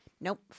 nope